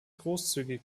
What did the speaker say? großzügig